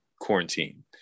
quarantine